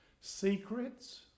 Secrets